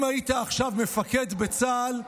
אם היית עכשיו מפקד בצה"ל,